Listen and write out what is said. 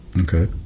Okay